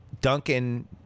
Duncan